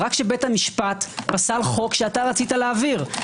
רק כשבית המשפט פסל חוק שאתה רצית להעביר.